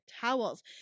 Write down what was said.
towels